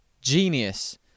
genius